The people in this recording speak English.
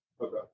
Okay